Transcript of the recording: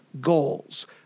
goals